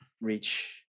reach